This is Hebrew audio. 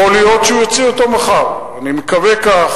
יכול להיות שהוא יוציא מחר, אני מקווה כך.